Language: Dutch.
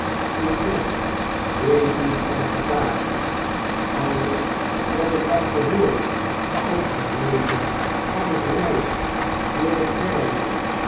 een weg wemelend van gevaren alles wat ik had gehoord of gelezen van het reizen door de